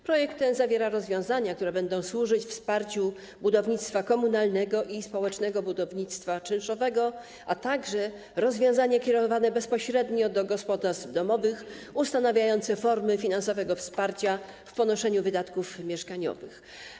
Projekt ten zawiera rozwiązania, które będą służyć wsparciu budownictwa komunalnego i społecznego budownictwa czynszowego, a także rozwiązanie kierowane bezpośrednio do gospodarstw domowych ustanawiające formy finansowego wsparcia w ponoszeniu wydatków mieszkaniowych.